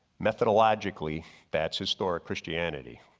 methodologically that's historic christianity.